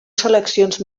seleccions